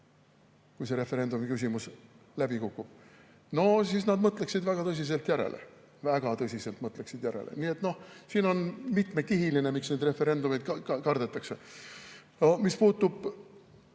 kui referendumiküsimus läbi kukub –, siis nad mõtleksid väga tõsiselt järele. Väga tõsiselt mõtleksid järele. Nii et siin on mitu kihti, miks referendumeid kardetakse. Mis puutub